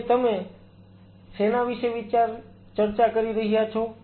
કે તમે શેના વિશે ચર્ચા કરી રહ્યા છો